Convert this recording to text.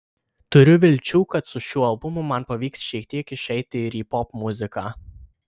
turiu vilčių kad su šiuo albumu man pavyks šiek tiek išeiti ir į popmuziką